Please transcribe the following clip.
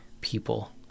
people